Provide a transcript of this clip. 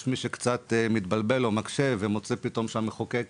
יש מי שקצת מתבלבל או מקשה ומוציא פתאום שהמחוקק